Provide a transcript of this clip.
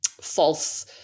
false